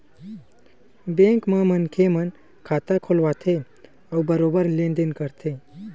bank म मनखे मन खाता खोलवाथे अउ बरोबर लेन देन करथे